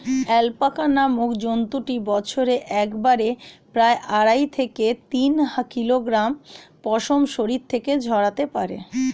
alpaca নামক জন্তুটি বছরে একবারে প্রায় আড়াই থেকে তিন কিলোগ্রাম পশম শরীর থেকে ঝরাতে পারে